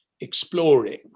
exploring